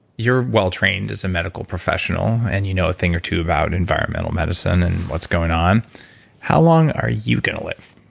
you're well trained as a medical professional and you know a thing or two about environmental medicine and what's going on how long are you going to live?